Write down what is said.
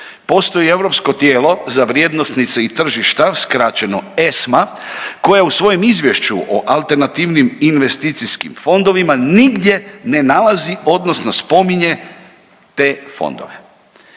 Postoji europsko tijelo za vrijednosnice i tržišta skraćeno ESMA koja u svojem izvješću o alternativnim investicijskim fondovima nigdje ne nalazi odnosno spominje te fondove.